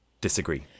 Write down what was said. disagree